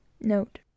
Note